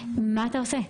מה אתה עושה?